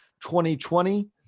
2020